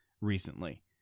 Recently